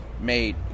made